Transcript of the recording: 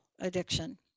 addiction